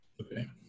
Okay